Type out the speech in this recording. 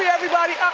yeah everybody. up